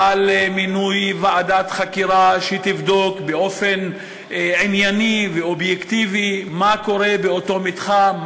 למינוי ועדת חקירה שתבדוק באופן ענייני ואובייקטיבי מה קורה באותו מתחם,